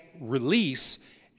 release